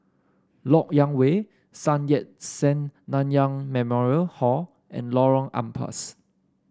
LoK Yang Way Sun Yat Sen Nanyang Memorial Hall and Lorong Ampas